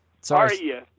Sorry